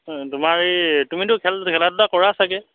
তোমাৰ এই তুমিতো খেল খেলা ধূলা কৰা চাগে